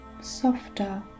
softer